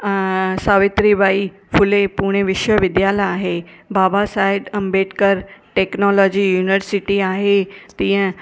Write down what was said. अ सावित्री बाई फुले पुणे विश्वविद्यालय आहे Baba Sahib Ambedkar technology university आहे तीअं